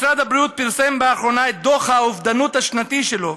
משרד הבריאות פרסם באחרונה את דוח האובדנות השנתי שלו,